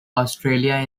australia